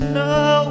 no